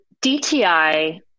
DTI